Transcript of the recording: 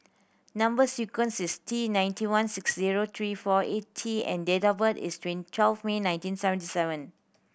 number sequence is T ninety one six zero three four eight T and date of birth is twelve May nineteen seventy seven